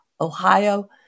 Ohio